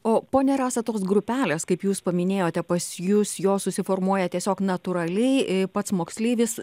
o ponia rasa tos grupelės kaip jūs paminėjote pas jus jos susiformuoja tiesiog natūraliai i pats moksleivis